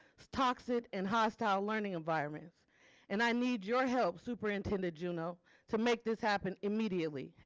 it's toxic and hostile learning environments and i need your help. superintended juneau to make this happen immediately.